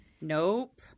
Nope